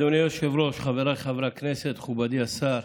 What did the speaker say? אדוני היושב-ראש, חבריי חברי הכנסת, מכובדי השר,